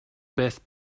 beth